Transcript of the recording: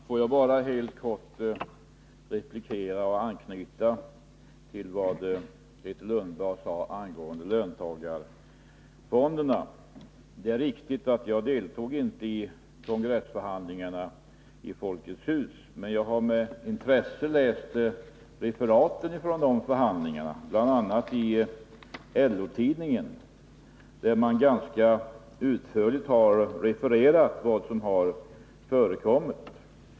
Herr talman! Får jag bara helt kort replikera och anknyta till vad Grethe Lundblad sade angående löntagarfonderna. Det är riktigt att jag inte deltog i kongressförhandlingarna i Folkets hus, men jag har med intresse läst referaten från de förhandlingarna, bl.a. i LO-tidningen, där man ganska utförligt refererat vad som förekommit.